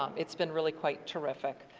it's been really quite terrific.